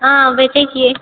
हँ बेचै छिऐ